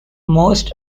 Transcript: most